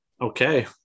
okay